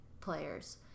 players